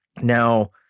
Now